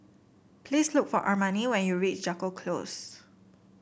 please look for Armani when you reach Jago Close